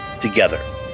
together